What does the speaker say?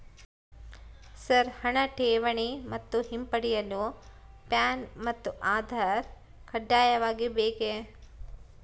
Sir ಹಣ ಠೇವಣಿ ಮತ್ತು ಹಿಂಪಡೆಯಲು ಪ್ಯಾನ್ ಮತ್ತು ಆಧಾರ್ ಕಡ್ಡಾಯವಾಗಿ ಬೇಕೆ?